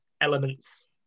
elements